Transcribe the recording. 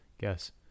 guess